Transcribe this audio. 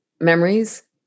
memories